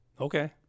Okay